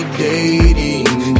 dating